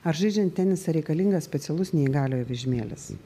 ar žaidžiant tenisą reikalingas specialus neįgaliojo vežimėlis